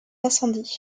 incendies